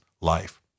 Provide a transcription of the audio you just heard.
life